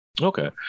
Okay